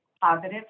positive